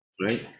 right